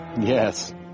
Yes